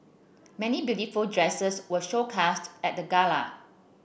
many beautiful dresses were showcased at the Gala